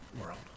world